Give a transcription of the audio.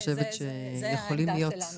זאת העמדה שלנו.